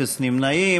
אפס נמנעים.